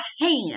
hand